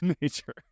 nature